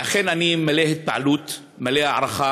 ואכן, אני מלא התפעלות, מלא הערכה